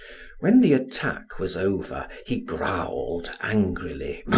when the attack was over, he growled angrily